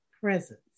presence